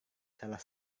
salah